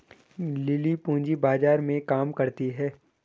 lily पूंजी बाजार में काम करती है